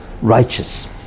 righteous